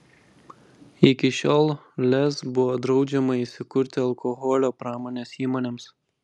iki šiol lez buvo draudžiama įsikurti alkoholio pramonės įmonėms